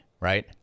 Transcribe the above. right